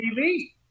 TV